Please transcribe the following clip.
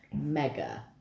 mega